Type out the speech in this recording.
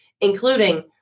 including